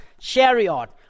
chariot